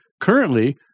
Currently